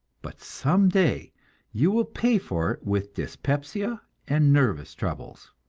but some day you will pay for it with dyspepsia and nervous troubles.